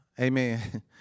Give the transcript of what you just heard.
Amen